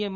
એમ